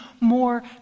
more